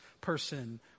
person